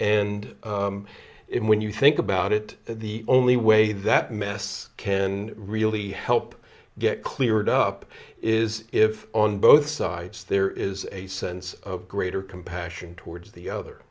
and when you think about it the only way that mess can really help get cleared up is if on both sides there is a sense of greater compassion towards the other